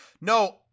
No